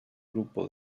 grupo